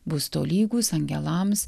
bus tolygūs angelams